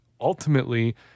ultimately